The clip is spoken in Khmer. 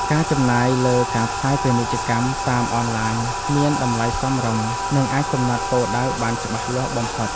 ការចំណាយលើការផ្សាយពាណិជ្ជកម្មតាមអនឡាញមានតម្លៃសមរម្យ និងអាចកំណត់គោលដៅបានច្បាស់លាស់បំផុត។